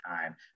time